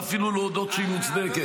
ואפילו להודות שהיא מוצדקת.